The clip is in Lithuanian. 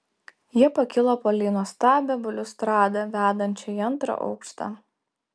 jie pakilo palei nuostabią baliustradą vedančią į antrą aukštą